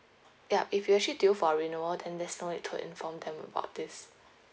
ya if you're actually due for renewal then there's no need to inform them about this